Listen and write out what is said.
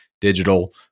digital